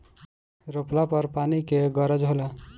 रोपला पर पानी के गरज होला